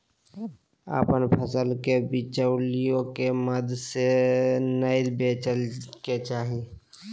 अपन फसल के बिचौलिया के माध्यम से नै बेचय के चाही